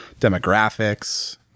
demographics